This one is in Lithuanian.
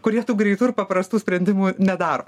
kurie tų greitų ir paprastų sprendimų nedaro